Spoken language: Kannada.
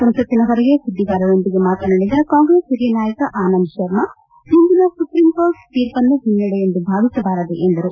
ಸಂಸತ್ತಿನ ಹೊರಗೆ ಸುದ್ಲಿಗಾರರೊಂದಿಗೆ ಮಾತನಾಡಿದ ಕಾಂಗ್ರೆಸ್ ಹಿರಿಯ ನಾಯಕ ಆನಂದ್ ಶರ್ಮಾ ಇಂದಿನ ಸುಪ್ರೀಂಕೋರ್ಟ್ ಶೀರ್ಷನ್ನು ಹಿನ್ನೆಡೆ ಎಂದು ಭಾವಿಸಬಾರದು ಎಂದರು